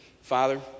Father